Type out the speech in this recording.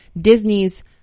Disney's